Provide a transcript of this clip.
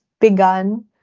begun